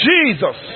Jesus